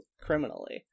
criminally